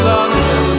London